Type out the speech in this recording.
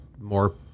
more